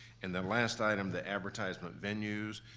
and then last item, the advertisement venues,